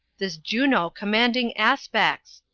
this juno commanding aspects!